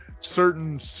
Certain